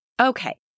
Okay